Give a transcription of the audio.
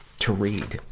to read.